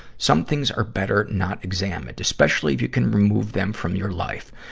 some things are better not examined, especially if you can remove them from your life.